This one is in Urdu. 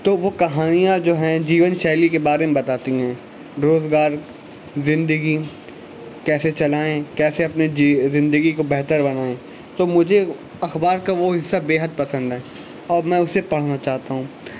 تو وہ کہانیاں جو ہیں جیون شیلی کے بارے میں بتاتی ہیں روزگار زندگی کیسے چلائیں کیسے اپنے زندگی کو بہتر بنائیں تو مجھے اخبار کا وہ حصہ بےحد پسند ہے اور میں اسے پڑھنا چاہتا ہوں